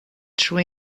true